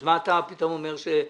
אז מה אתה פתאום אומר שברישיונות